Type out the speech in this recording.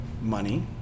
money